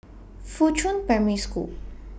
Fuchun Primary School